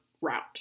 route